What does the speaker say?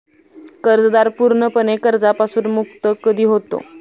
कर्जदार पूर्णपणे कर्जापासून मुक्त कधी होतो?